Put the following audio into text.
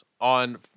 on –